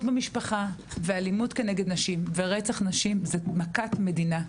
במשפחה ואלימות כנגד נשים ורצח נשים זו מכת מדינה.